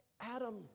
Adam